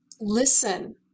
listen